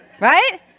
Right